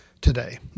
today